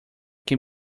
can